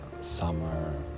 summer